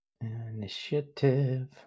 Initiative